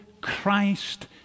Christ